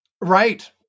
Right